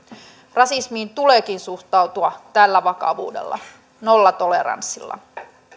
rasismiin tuleekin suhtautua tällä vakavuudella nollatoleranssilla